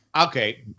okay